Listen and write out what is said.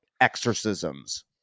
exorcisms